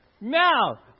Now